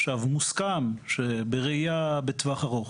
עכשיו, מוסכם שבראייה בטווח ארוך,